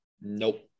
nope